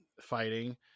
Fighting